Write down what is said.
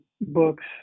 books